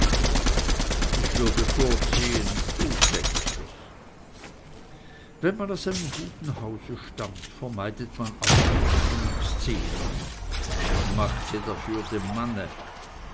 ich würde vorziehen du tätest es wenn man aus einem guten hause stammt vermeidet man aussprachen und szenen und macht sie dafür dem manne